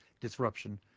disruption